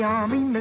army